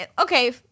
Okay